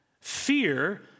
Fear